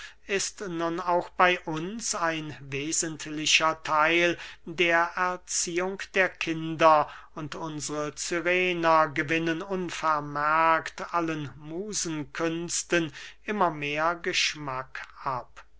ist nun auch bey uns ein wesentlicher theil der erziehung der kinder und unsre cyrener gewinnen unvermerkt allen musenkünsten immer mehr geschmack ab